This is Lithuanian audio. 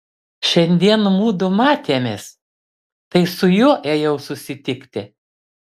šiandien mudu matėmės tai su juo ėjau susitikti